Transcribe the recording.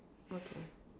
okay